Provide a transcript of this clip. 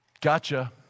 Gotcha